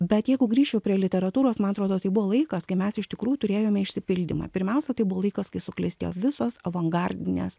bet jeigu grįžčiau prie literatūros man atrodo tai buvo laikas kai mes iš tikrųjų turėjome išsipildymą pirmiausia tai buvo laikas kai suklestėjo visos avangardinės